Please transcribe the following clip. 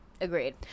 Agreed